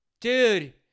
Dude